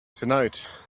tonight